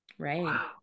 Right